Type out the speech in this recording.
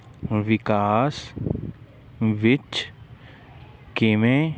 ਵਿਕਾਸ ਵਿੱਚ ਕਿਵੇਂ